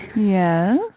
Yes